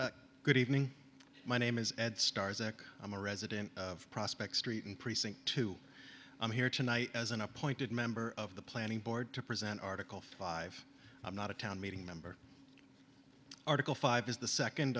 a good evening my name is ed stars and i'm a resident of prospect street in precinct two i'm here tonight as an appointed member of the planning board to present article five i'm not a town meeting member article five is the second